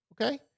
Okay